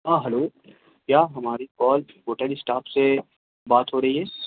ہاں ہلو کیا ہماری کال ہوٹل اسٹاف سے بات ہو رہی ہے